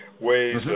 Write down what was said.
ways